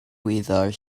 wyddor